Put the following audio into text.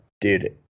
dude